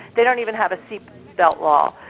they don't even have a seatbelt law.